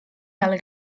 del